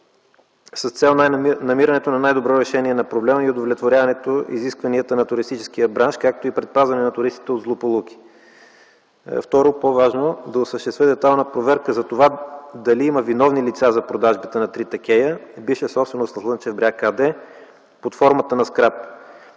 с цел намирането на най-добро решение на проблема и удовлетворяването на изискванията на туристическия бранш, както и предпазване на туристите от злополуки. Второ, да осъществя детайлна проверка за това дали има виновни лица за продажбите на трите кея, бивша собственост на „Слънчев бряг” АД, под формата на скрап,